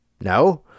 no